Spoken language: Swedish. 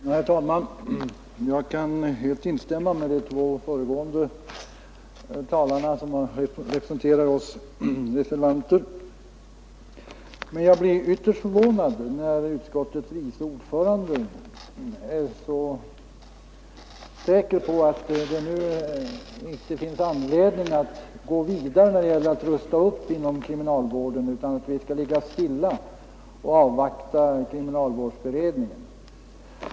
Herr talman! Jag kan helt hålla med de två föregående talarna som representerar oss reservanter. Men jag blir ytterst förvånad när utskottets vice ordförande är så säker på att det nu inte finns anledning att gå vidare när det gäller att rusta upp inom kriminalvården, utan att man skall ligga stilla och avvakta kriminalvårdsberedningen.